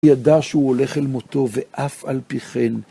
ידע שהוא הולך אל מותו ואף על פי כן.